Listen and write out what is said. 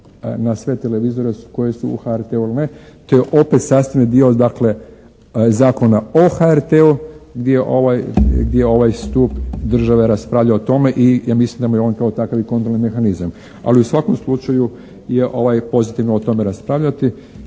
na sve televizore koji su HRT-u ili ne, te opet sastavni dio dakle Zakona o HRT-u gdje je ovaj stup države raspravljao o tome. I ja mislim da mu je on kao takav i kontrolni mehanizam. Ali u svakom slučaju je ovaj pozitivno o tome raspravljati.